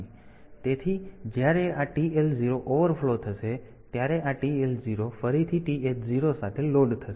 તેથી જ્યારે આ TL0 ઓવરફ્લો થશે ત્યારે આ TL0 ફરીથી TH0 સાથે લોડ થશે